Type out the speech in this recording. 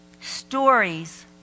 Stories